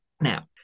Now